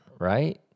right